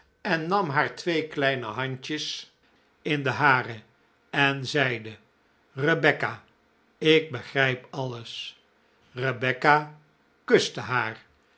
en nam haar twee kleine handjes in de hare en zeide rebecca ik begrijp alles rebecca kuste haar